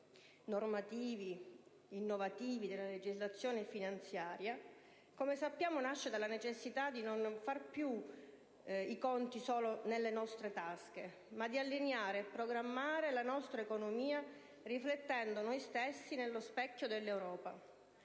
normativi, innovativi della legislazione finanziaria, nasce dalla necessità di non far più i conti solo nelle nostre tasche, ma di allineare e programmare la nostra economia riflettendo noi stessi nello specchio dell'Europa.